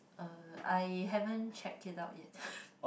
err I haven't check it out yet